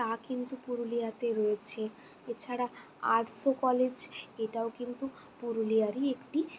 তা কিন্তু পুরুলিয়াতে রয়েছে এছাড়া আর্টস কলেজ এটাও কিন্তু পুরুলিয়ারই একটি